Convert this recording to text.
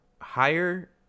higher